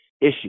issue